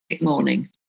morning